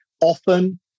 often